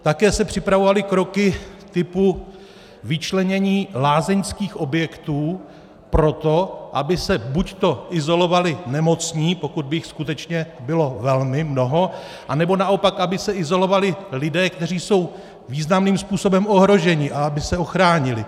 Také se připravovaly kroky typu vyčlenění lázeňských objektů pro to, aby se buď izolovali nemocní, pokud by jich skutečně bylo velmi mnoho, anebo naopak aby se izolovali lidé, kteří jsou významným způsobem ohroženi, aby se ochránili.